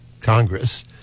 Congress